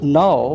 now